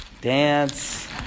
dance